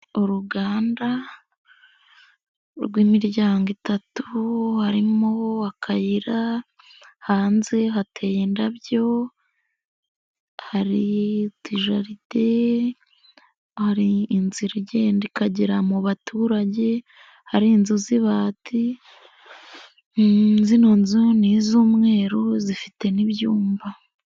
Uruganda rw'imiryango itatu, harimo akayira, hanze hateye indabyo, hari utujaride, hari inzira igenda ikagera mu baturage, hari inzu z'ibati zino nzu ni iz'umweru zifite n'ibyumba.